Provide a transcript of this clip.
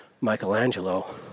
Michelangelo